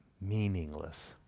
meaningless